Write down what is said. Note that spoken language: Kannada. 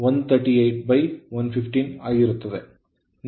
ಆದ್ದರಿಂದ ನಾವು I1 43